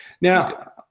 Now